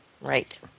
Right